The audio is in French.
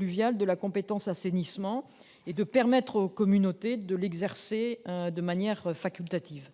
de la compétence « assainissement » et à permettre aux communautés de l'exercer de manière facultative.